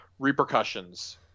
Repercussions